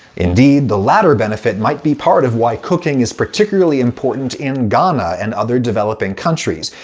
indeed, the latter benefit might be part of why cooking is particularly important in ghana and other developing countries,